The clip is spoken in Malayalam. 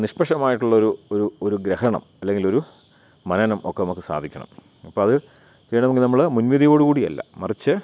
നിഷ്പക്ഷയിട്ടുള്ള ഒരു ഒരു ഒരു ഗ്രഹണം അല്ലെങ്കിലൊരു മനനം ഒക്കെ നമുക്ക് സാധിക്കണം അപ്പം അത് ചെയ്യണമെങ്കിൽ നമ്മൾ മുൻവിധിയോടുകൂടിയല്ല മറിച്ച്